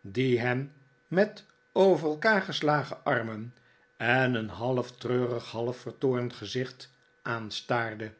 die hen met over elkaar gestagen armen en een half treurig half vertoornd gezicht aanstaarde